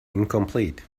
incomplete